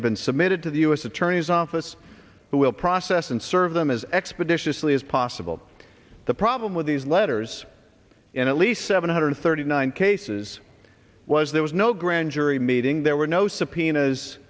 have been submitted to the u s attorney's office that will process and serve them as expeditiously as possible the problem with these letters and at least seven hundred thirty nine cases was there was no grand jury meeting there were no subpoenas